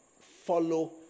Follow